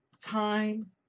Time